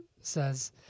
says